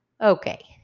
Okay